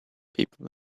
people